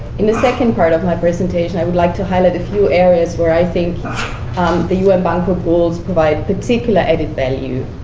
in the second part of my presentation, i would like to highlight a few areas where i think the un bangkok rules provide particular added value.